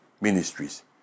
ministries